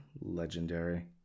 legendary